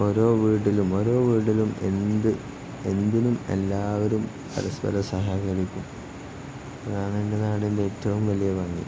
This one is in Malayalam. ഓരോ വീട്ടിലും ഓരോ വീട്ടിലും എന്തിനും എല്ലാവരും പരസ്പരം സഹകരിക്കും അതാണ് എന്റെ നാടിന്റെ ഏറ്റവും വലിയ ഭംഗി